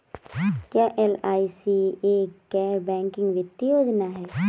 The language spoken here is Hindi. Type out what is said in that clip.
क्या एल.आई.सी एक गैर बैंकिंग वित्तीय योजना है?